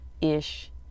ish